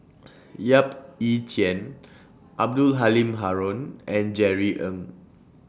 Yap Ee Chian Abdul Halim Haron and Jerry Ng